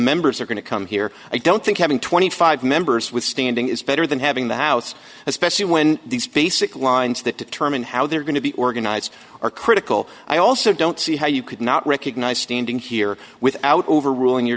members are going to come here i don't think having twenty five members with standing is better than having the house especially when these basic lines that determine how they're going to be organized are critical i also don't see how you could not recognize standing here without overruling your